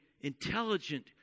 intelligent